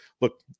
look